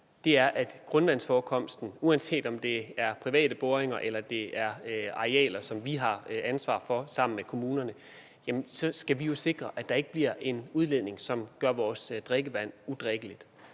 at der i grundvandsforekomsten, uanset om det er private boringer eller arealer, som vi sammen med kommunerne har ansvaret for, ikke sker en udledning, som gør vores drikkevand udrikkeligt.